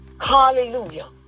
Hallelujah